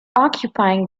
occupying